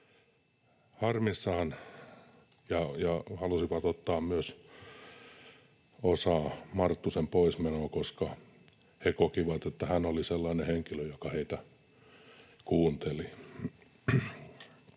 harmissaan ja halusivat ottaa myös osaa Marttusen poismenoon, koska he kokivat, että hän oli sellainen henkilö, joka heitä kuunteli.